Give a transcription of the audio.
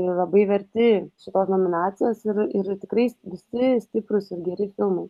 labai verti šitos nominacijos ir ir tikrai visi stiprūs ir geri filmai